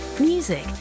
Music